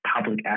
public